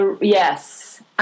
Yes